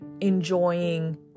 enjoying